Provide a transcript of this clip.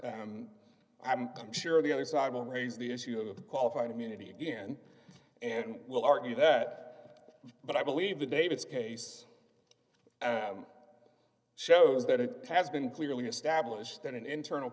reversed i'm sure the other side will raise the issue of the qualified immunity again and will argue that but i believe the davis case shows that it has been clearly established that an internal